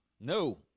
No